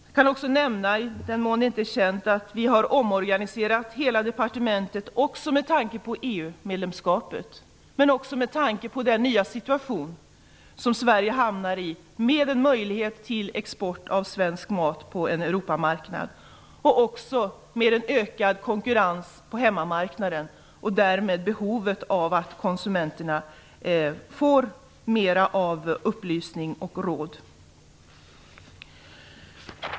Jag kan också nämna, i den mån det inte är känt, att vi har omorganiserat hela departementet med tanke på EU-medlemskapet men också med tanke på den nya situation som Sverige hamnar i, med en möjlighet till export av svensk mat på en Europamarknad och med en ökad konkurrens på hemmamarknaden och därmed behovet av att konsumenterna får mera upplysning och råd.